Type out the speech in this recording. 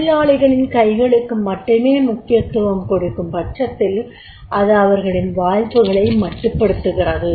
தொழிலாளிகளின் கைகளுக்கு மட்டுமே முக்கியத்துவம் கொடுக்கும் பட்சத்தில் அது அவர்களின் வாய்ப்புகளை மட்டுப்படுத்துகிறது